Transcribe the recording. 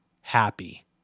happy